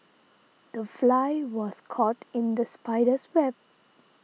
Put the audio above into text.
the fly was caught in the spider's web